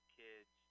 kids